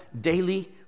daily